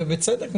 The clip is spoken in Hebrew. ובצדק,